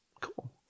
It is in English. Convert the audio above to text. cool